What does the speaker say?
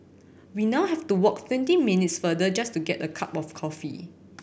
we now have to walk twenty minutes farther just to get a cup of coffee